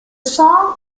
song